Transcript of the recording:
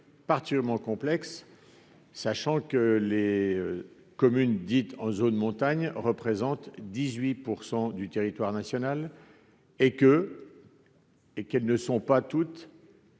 paraît complexe, sachant que les communes situées en zone de montagne représentent 18 % du territoire national et qu'elles ne sont pas, loin